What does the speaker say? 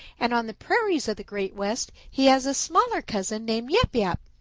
and on the prairies of the great west he has a smaller cousin named yap yap.